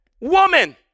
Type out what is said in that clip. woman